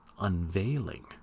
unveiling